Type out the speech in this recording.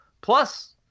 Plus